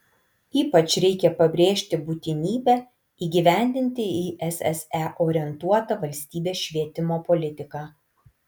ypač reikia pabrėžti būtinybę įgyvendinti į sse orientuotą valstybės švietimo politiką